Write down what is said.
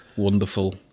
Wonderful